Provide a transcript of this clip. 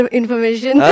information